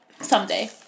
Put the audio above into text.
someday